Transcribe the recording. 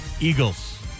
Eagles